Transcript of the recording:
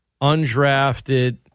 undrafted